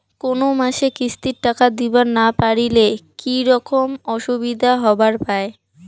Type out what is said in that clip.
কোনো মাসে কিস্তির টাকা দিবার না পারিলে কি রকম অসুবিধা হবার পায়?